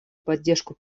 поддержку